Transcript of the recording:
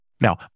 Now